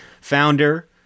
founder